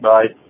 Bye